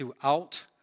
throughout